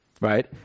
right